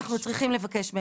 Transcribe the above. ואנחנו צריכים לבקש מהם סליחה.